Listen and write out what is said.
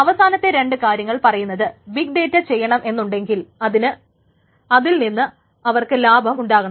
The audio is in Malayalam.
അവസാനത്തെ രണ്ട് കാര്യങ്ങൾ പറയുന്നത് ബിഗ് ഡേറ്റ ചെയ്യണമെന്നുണ്ടെങ്കിൽ അതിൽ നിന്ന് അവർക്ക് ലാഭം ഉണ്ടാകണം